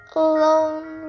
alone